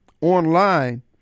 Online